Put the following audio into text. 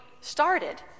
started